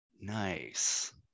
Nice